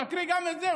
תקריא גם את זה.